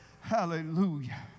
Hallelujah